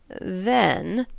then,